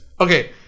okay